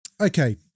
okay